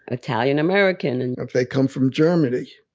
italian american. and if they come from germany,